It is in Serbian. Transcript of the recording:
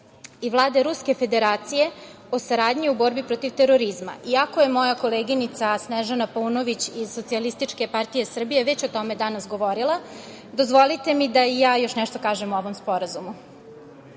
i Vlade Ruske Federacije o saradnji u borbi protiv terorizma. Iako je moja koleginica Snežana Paunović iz SPS već o tome danas govorila dozvolite mi da i ja još nešto kažem o ovom sporazumu. Terorizam